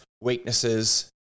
weaknesses